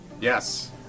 Yes